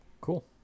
Cool